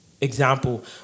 example